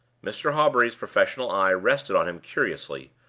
mr. hawbury's professional eye rested on him curiously,